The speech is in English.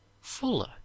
fuller